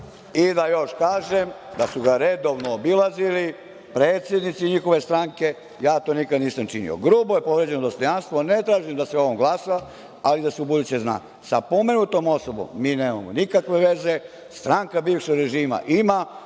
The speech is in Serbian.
i da još kažem da su ga redovno obilazili predsednici njihove stranke. Ja to nikada nisam činio. Grubo je povređeno dostojanstvo. Ne tražim da se ovom glasa, ali da se ubuduće zna da sa pomenutom osobom mi nemamo nikakve veze. Stranka bivšeg režima ima